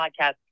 podcast